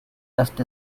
just